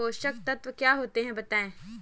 पोषक तत्व क्या होते हैं बताएँ?